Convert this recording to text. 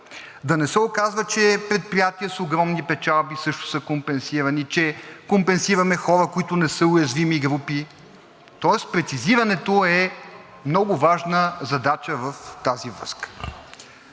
Да не се оказва, че предприятия с огромни печалби също са компенсирани, че компенсираме хора, които не са от уязвими групи, тоест прецизирането е много важна задача в тази връзка.